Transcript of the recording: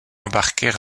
embarquer